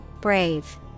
brave